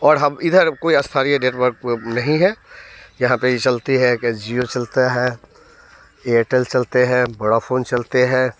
और हम इधर कोई स्थानीय नेटवर्क नहीं है यहाँ पे ई चलती है के जियो चलता है एयटेल चलते है वोड़ाफोन चलते है